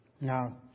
now